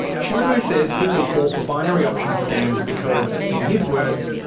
shlomo says people fall for binary option scams because, in his words,